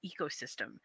ecosystem